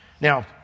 Now